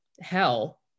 hell